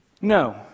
No